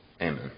Amen